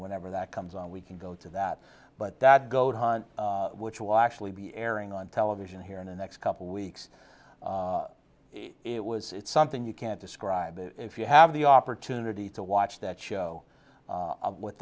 whenever that comes on we can go to that but that goat which will actually be airing on television here in the next couple of weeks it was it's something you can't describe if you have the opportunity to watch that show